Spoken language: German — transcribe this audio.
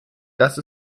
dass